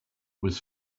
was